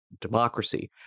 democracy